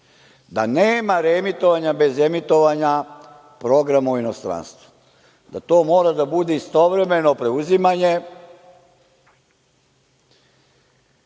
da nema reemitovanja bez emitovanja programa u inostranstvu, da to mora da bude istovremeno preuzimanje